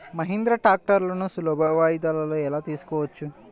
మహీంద్రా ట్రాక్టర్లను సులభ వాయిదాలలో ఎలా తీసుకోవచ్చు?